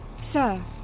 Sir